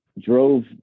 drove